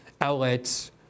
outlets